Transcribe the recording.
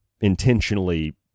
intentionally